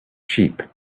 sheep